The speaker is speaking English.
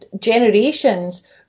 generations